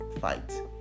fight